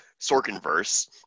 Sorkinverse